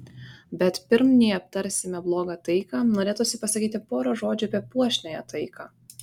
bet pirm nei aptarsime blogą taiką norėtųsi pasakyti porą žodžių apie puošniąją taiką